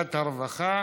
בוועדת הרווחה?